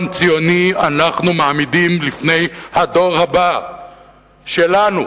ציוני אנחנו מעמידים לפני הדור הבא שלנו,